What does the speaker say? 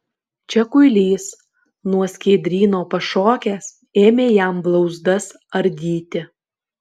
čia kuilys nuo skiedryno pašokęs ėmė jam blauzdas ardyti